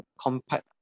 compact